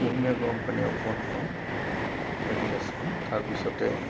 কুহুমীয়া গৰম পানী অকণমান খাওঁ এগিলাছমান তাৰপিছতে